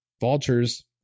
Vultures